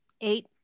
eight